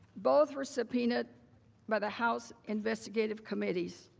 both were subpoenaed by the house investigative committees.